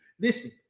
Listen